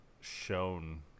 shown